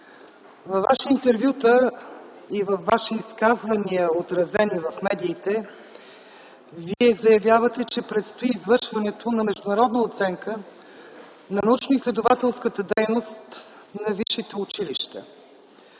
във Ваши интервюта и във Ваши изказвания, отразени в медиите, Вие заявявате, че предстои извършването на международна оценка на научноизследователската дейност на висшите училища.